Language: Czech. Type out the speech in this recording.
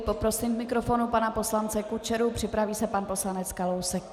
Poprosím k mikrofonu pana poslance Kučeru, připraví se pan poslanec Kalousek.